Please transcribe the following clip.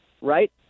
right